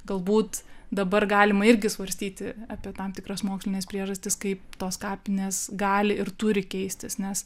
galbūt dabar galima irgi svarstyti apie tam tikras mokslines priežastis kaip tos kapinės gali ir turi keistis nes